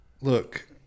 look